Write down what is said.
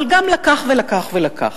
אבל גם לקח ולקח ולקח.